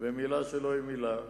ומלה שלו היא מלה.